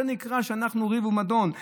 זה נקרא שאנחנו ריב ומדון.